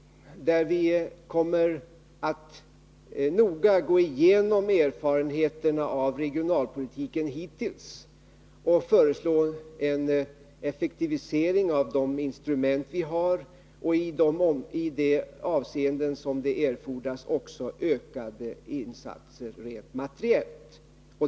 I denna kommer vi noga att gå igenom erfarenheterna av den hittills förda regionalpolitiken och föreslå en effektivisering av de instrument vi har samt, i de avseenden som detta erfordras, ökade insatser rent materiellt.